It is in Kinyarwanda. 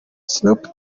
snoop